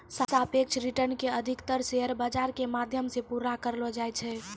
सापेक्ष रिटर्न के अधिकतर शेयर बाजार के माध्यम से पूरा करलो जाय छै